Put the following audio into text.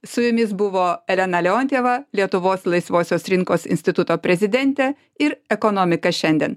su jumis buvo elena leontjeva lietuvos laisvosios rinkos instituto prezidentė ir ekonomika šiandien